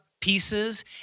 pieces